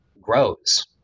grows